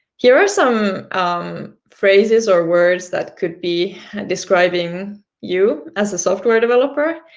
here are some phrases or words that could be describing you as a software developer.